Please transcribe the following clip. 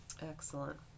Excellent